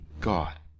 God